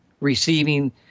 receiving